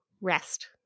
Rest